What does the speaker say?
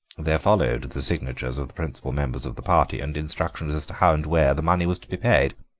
there followed the signatures of the principal members of the party and instructions as to how and where the money was to be paid.